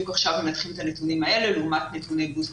בדיוק עכשיו אנחנו מנתחים את הנתונים האלה לעומת נתוני בוסטר,